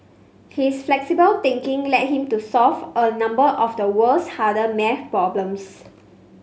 his flexible thinking led him to solve a number of the world's hard maths problems